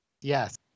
Yes